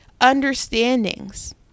understandings